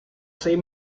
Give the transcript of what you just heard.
seis